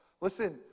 Listen